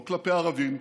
לא כלפי ערבים,